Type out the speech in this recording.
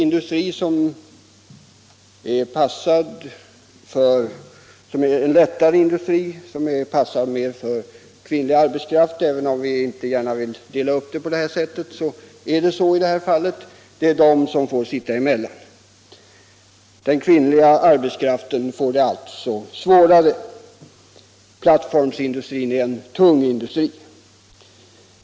Någon lättare industri som passar för kvinnlig arbetskraft — även om vi ogärna vill dela upp arbetena efter kön — finns emellertid inte. Den kvinnliga arbetskraften får det alltså svårare. Oljeplattformsindustrin är en tung industri.